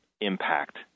impact